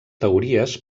teories